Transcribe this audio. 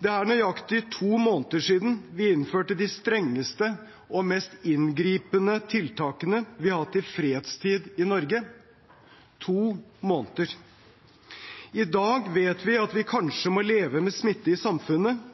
Det er nøyaktig to måneder siden vi innførte de strengeste og mest inngripende tiltakene vi har hatt i fredstid i Norge – to måneder. I dag vet vi at vi kanskje må leve med smitte i samfunnet